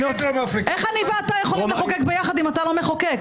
איך אני ואתה יכולים לחוקק ביחד אם אתה לא מחוקק?